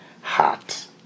heart